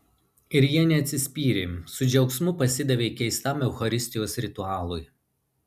ir jie neatsispyrė su džiaugsmu pasidavė keistam eucharistijos ritualui